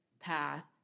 path